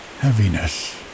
heaviness